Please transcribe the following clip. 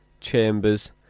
Chambers